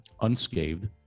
unscathed